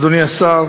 אדוני השר,